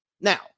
Now